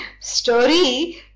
story